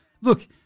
look